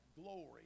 glory